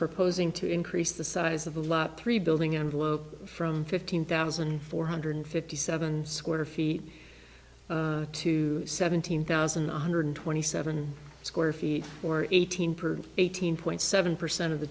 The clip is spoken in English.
proposing to increase the size of the lot three building envelope from fifteen thousand four hundred fifty seven square feet to seventeen thousand one hundred twenty seven square feet or eighteen per eighteen point seven percent of the